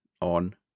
on